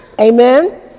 Amen